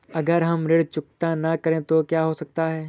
अगर हम ऋण चुकता न करें तो क्या हो सकता है?